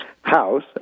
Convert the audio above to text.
house